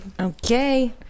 Okay